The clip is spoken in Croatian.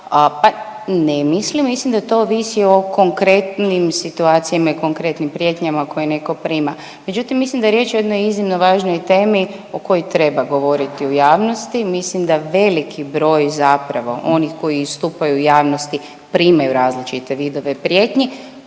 pa ne mislim, mislim da to ovisi o konkurentnim situacijama i konkurentnim prijetnjama koje netko prima. Međutim, mislim da je riječ o jednoj iznimno važnoj temi o kojoj treba govoriti u javnosti, mislim da veliki broj zapravo onih koji istupaju u javnosti primaju različite vidove prijetnji,